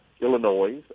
Illinois